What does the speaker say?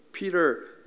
Peter